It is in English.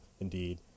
indeed